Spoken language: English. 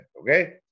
Okay